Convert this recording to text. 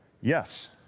Yes